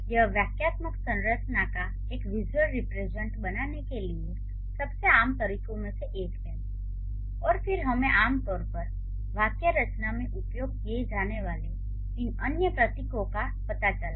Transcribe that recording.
यह वाक्यात्मक संरचना का एक विसुअल रीप्रेज़न्टैशन बनाने के लिए सबसे आम तरीकों में से एक है और फिर हमें आम तौर पर वाक्य रचना में उपयोग किए जाने वाले इन अन्य प्रतीकों का पता चला